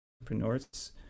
entrepreneurs